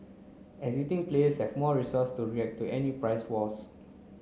existing players have more resources to react to any price wars